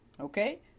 Okay